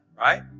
right